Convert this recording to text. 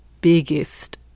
biggest